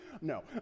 No